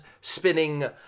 spinning